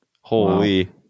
Holy